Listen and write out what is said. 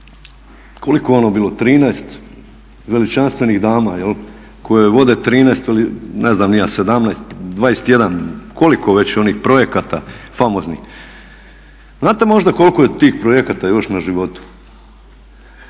koliko je ono bilo 13 veličanstvenih dama koje vode 13 ili ne znam ni ja 17, 21, koliko već onih projekata famoznih, znate možda koliko je tih projekata još na životu?